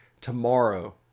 Tomorrow